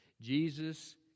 Jesus